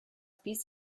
bis